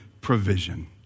provision